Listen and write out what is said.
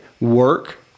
work